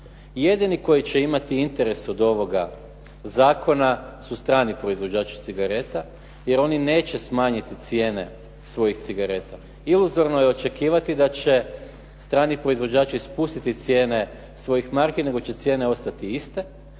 Jedini koji će imati interes od ovoga zakona su strani proizvođači cigareta jer oni neće smanjiti cijene svojih cigareta. Iluzorno je očekivati da će strani proizvođači spustiti cijene svojih marki nego će cijene ostati iste